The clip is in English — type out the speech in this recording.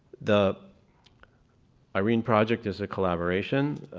the irene project is a collaboration